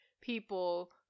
people